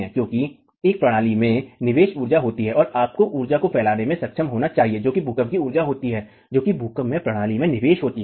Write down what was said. क्योंकि एक प्रणाली में निवेश उर्जा होती है और आपको उर्जा को फैलाने में सक्षम होना चाहिए जो कि भूकंप की उर्जा होती है जो कि भूमि से प्रणाली में निवेश होती है